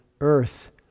earth